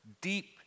deep